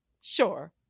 sure